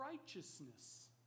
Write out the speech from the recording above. righteousness